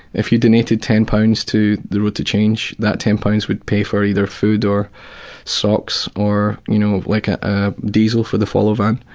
if you donated ten pounds to the road to change, that ten pounds would pay for either food or socks, or you know like ah ah diesel for the follow van.